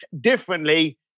differently